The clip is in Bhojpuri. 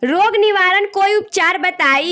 रोग निवारन कोई उपचार बताई?